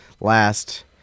last